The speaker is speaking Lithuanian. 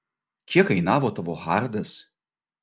kiek kainavo tavo hardas